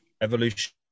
evolution